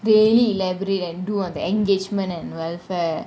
daily elaborate and do all the engagement and welfare